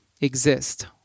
exist